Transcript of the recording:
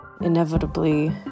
Inevitably